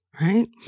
right